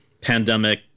pandemic